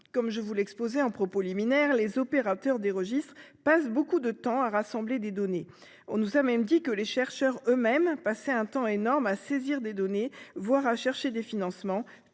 Comme je vous l'exposais en propos liminaire, les opérateurs des registres passent beaucoup de temps à rassembler des données. On nous a même dit que les chercheurs eux-mêmes passaient un temps énorme à saisir des données, voire à chercher des financements,